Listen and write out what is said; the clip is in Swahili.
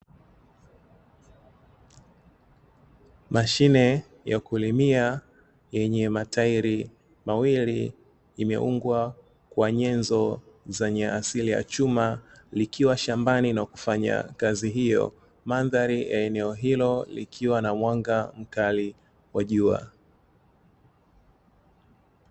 Mashine ya kulimia yenye matairi mawili, imeungwa kwa nyenzo zenye asili ya chuma, likiwa shambani na kufanya kazi hiyo. Mandhari ya eneo hilo likiwa na mwanga mkali wa jua.